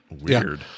Weird